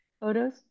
photos